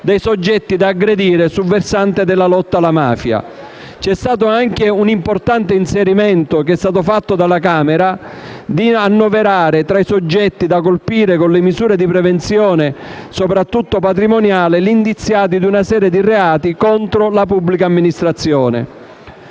dei soggetti da aggredire sul versante della lotta alla mafia. C'è stato anche un importante inserimento fatto dalla Camera: quello di annoverare tra i soggetti da colpire con le misure di prevenzione, soprattutto patrimoniale, gli indiziati di una serie di reati contro la pubblica amministrazione.